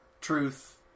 truth